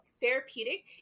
therapeutic